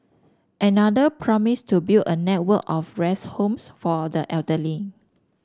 another promised to build a network of rest homes for the elderly